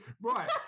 Right